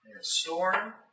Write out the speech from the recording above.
Storm